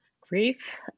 Grief